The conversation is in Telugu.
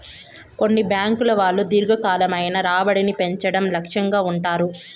కొన్ని బ్యాంకుల వాళ్ళు దీర్ఘకాలికమైన రాబడిని పెంచడం లక్ష్యంగా ఉంటారు